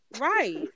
Right